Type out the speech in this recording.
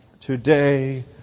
today